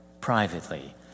privately